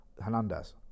Hernandez